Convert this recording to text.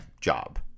job